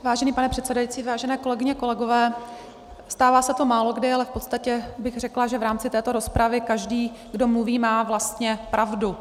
Vážený pane předsedající, vážené kolegyně, kolegové, stává se to málokdy, ale v podstatě bych řekla, že v rámci této rozpravy každý, kdo mluví, má vlastně pravdu.